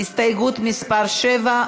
הסתייגות מס' 7?